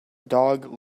dog